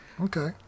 okay